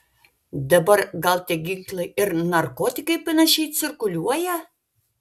dabar gal tik ginklai ir narkotikai panašiai cirkuliuoja